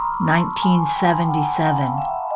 1977